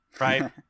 right